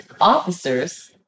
officers